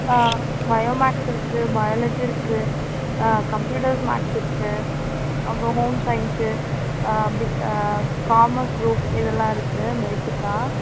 bio maths இருக்குது biology இருக்குது ஆ கம்ப்யூட்டர்ஸ் மேக்ஸ் இருக்குது அப்பறம் ஹோம் சைன்ஸு அப்படி காமஸ் குரூப் இது எல்லாம் இருக்குது பேசிக்காக